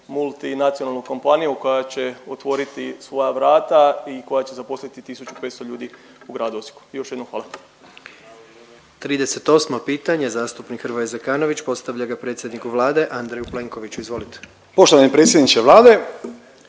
multinacionalnu kompaniju koja će otvoriti svoja vrata i koja će zaposliti 1500 ljudi u gradu Osijeku. Još jednom hvala. **Jandroković, Gordan (HDZ)** 38. pitanje zastupnik Hrvoje Zekanović postavlja ga predsjedniku Vlade Andreju Plenkoviću, izvolite. **Zekanović,